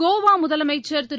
கோவா முதலமைச்சர் திரு